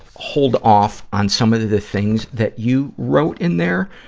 hold off on some of the things that you wrote in there,